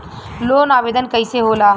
Loan आवेदन कैसे होला?